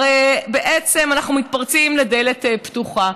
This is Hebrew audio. הרי בעצם אנחנו מתפרצים לדלת פתוחה.